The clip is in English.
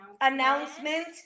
announcement